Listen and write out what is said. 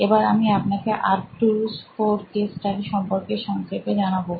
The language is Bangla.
এবার আমি আপনাকে আর্কটুরুস IV কেস স্টাডি সম্পর্কে সংক্ষেপে জানাবো